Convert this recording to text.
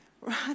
right